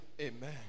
Amen